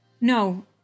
No